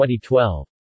2012